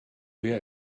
wer